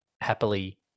happily